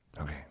Okay